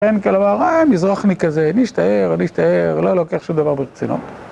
מזרחני כזה, נישט אער, נישט אער, לא לוקח שום דבר ברצינות.